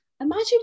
Imagine